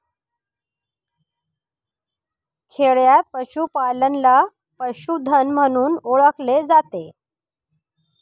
खेडयांत पशूपालनाला पशुधन म्हणून ओळखले जाते